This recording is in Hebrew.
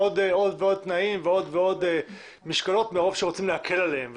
עוד ועוד תנאים ועוד ועוד משקלות מרוב שרוצים להקל עליהם.